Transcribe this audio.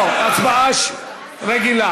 לא, הצבעה רגילה.